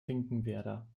finkenwerder